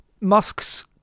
Musk's